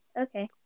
Okay